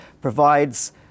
provides